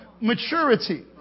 maturity